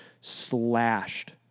slashed